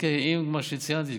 עם כל מה שציינתי,